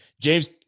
James